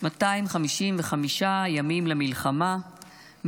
255 ימים למלחמה,